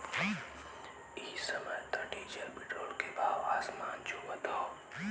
इ समय त डीजल पेट्रोल के भाव आसमान छुअत हौ